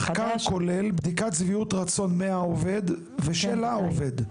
שהמחקר כולל סקר שביעות רצון מהעובד ושל העובד.